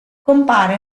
compare